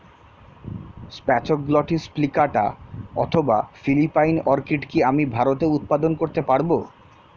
Spathoglottis plicata অথবা Philippine orchid কি আমি ভারতে উৎপাদন করতে পারবো?